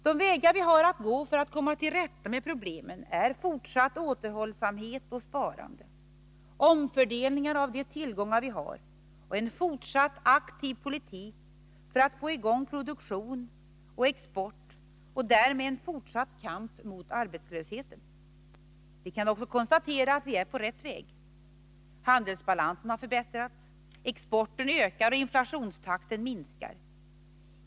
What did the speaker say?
De vägar vi har att gå för att komma till rätta med problemen är fortsatt återhållsamhet och sparande, omfördelningar av de tillgångar vi har och en fortsatt aktiv politik för att få i gång produktion och export och därmed en fortsatt kamp mot arbetslösheten. Vi kan också konstatera att vi är på rätt väg. Handelsbalansen har förbättrats, exporten ökar och inflationstakten minskar.